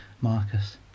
Marcus